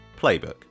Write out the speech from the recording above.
playbook